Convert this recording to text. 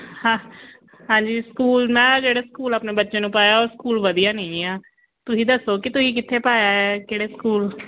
ਹਾਂ ਹਾਂਜੀ ਸਕੂਲ ਮੈਂ ਜਿਹੜੇ ਸਕੂਲ ਆਪਣੇ ਬੱਚੇ ਨੂੰ ਪਾਇਆ ਉਹ ਉਹ ਸਕੂਲ ਵਧੀਆ ਨਹੀਂ ਹੈ ਤੁਸੀਂ ਦੱਸੋ ਕਿ ਤੁਸੀਂ ਕਿੱਥੇ ਪਾਇਆ ਹੈ ਕਿਹੜੇ ਸਕੂਲ